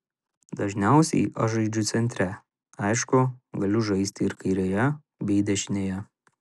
dažniausiai aš žaidžiu centre aišku galiu žaisti ir kairėje bei dešinėje